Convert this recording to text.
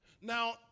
Now